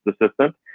assistant